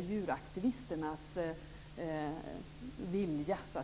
djuraktivisternas vilja.